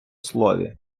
слові